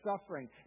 suffering